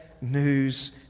news